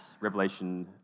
Revelation